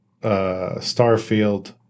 Starfield